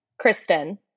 Kristen